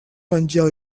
menjar